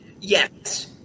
Yes